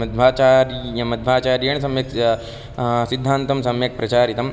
मध्वाचार्यः मध्वाचार्येण सम्यक् सिद्धान्तं सम्यक् प्रचारितम्